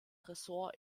ressort